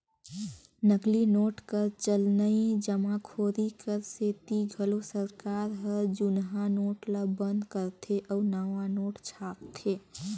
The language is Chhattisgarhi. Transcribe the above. नकली नोट कर चलनए जमाखोरी कर सेती घलो सरकार हर जुनहा नोट ल बंद करथे अउ नावा नोट छापथे